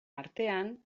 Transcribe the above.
artean